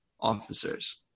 officers